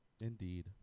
Indeed